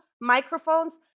microphones